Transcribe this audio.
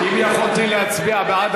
יכולתי להצביע בעד,